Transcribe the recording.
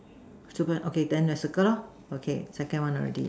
okay then I circle lor okay second one already